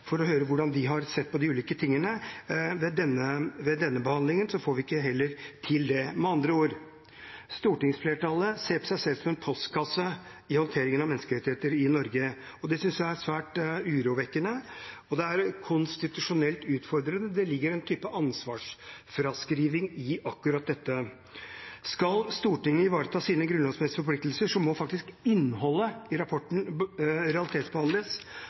høre hvordan de har sett på de ulike tingene. Ved denne behandlingen får vi ikke til det heller. Med andre ord: Stortingsflertallet ser på seg selv som en postkasse for håndtering av menneskerettigheter i Norge. Det synes jeg er svært urovekkende, og det er konstitusjonelt utfordrende. Det ligger en ansvarsfraskriving i akkurat dette. Skal Stortinget ivareta sine grunnlovsmessige forpliktelser, må faktisk innholdet i rapporten realitetsbehandles.